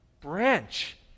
branch